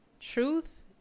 Truth